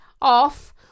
off